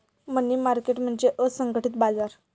मनी market म्हणजे असंघटित बाजार